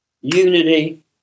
unity